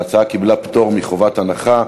ההצעה קיבלה פטור מחובת הנחה,